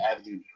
avenue